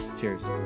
cheers